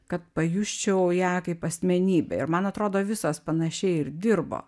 kad pajusčiau ją kaip asmenybę ir man atrodo visos panašiai ir dirbo